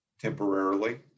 temporarily